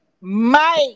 mike